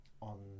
on